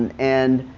and and,